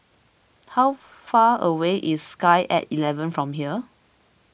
how far away is Sky at eleven from here